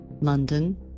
London